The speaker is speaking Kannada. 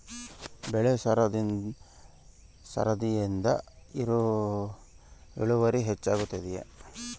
ಬೆಳೆ ಸರದಿಯಿಂದ ಇಳುವರಿ ಹೆಚ್ಚುತ್ತದೆಯೇ?